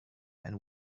and